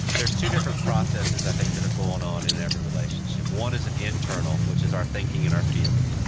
there's two different processes i think that are going on in every relationship. one is an internal, which is our thinking and our feeling.